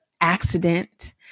accident